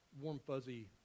warm-fuzzy